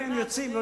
חצי ממשלה פה.